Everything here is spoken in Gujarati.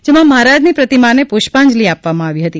જેમાં મહારાજાની પ્રતિમાને પુષ્પાંજલી આપવામાં આવી હતી